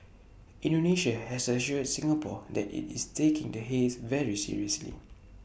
Indonesia has assured Singapore that IT is taking the haze very seriously